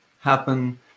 happen